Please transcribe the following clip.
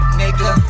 nigga